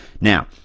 Now